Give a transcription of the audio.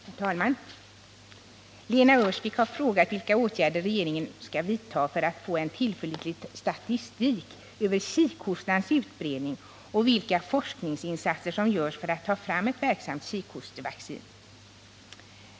Herr talman! Lena Öhrsvik har frågat vilka åtgärder regeringen ämnar vidta för att få en tillförlitlig statistik över kikhostans utbredning och vilka forskningsinsatser som görs för att ta fram ett verksamt kikhostevaccin.